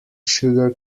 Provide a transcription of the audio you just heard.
sugar